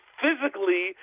physically